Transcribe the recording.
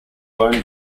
bone